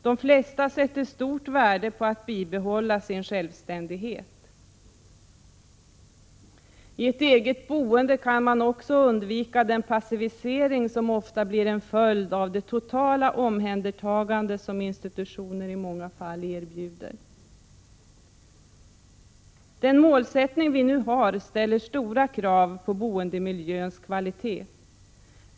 De flesta sätter stort värde på att bibehålla sin självständighet. I ett eget boende kan man också undvika den passivisering som ofta blir en följd av det totala omhändertagandet som institutioner i många fall erbjuder. Den målsättning som vi nu har ställer stora krav på boendemiljöns kvalitet.